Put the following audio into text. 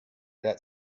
that